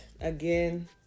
again